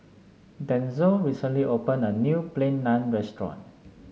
Denzel recently opened a new Plain Naan Restaurant